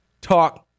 talk